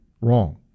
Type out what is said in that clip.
wrong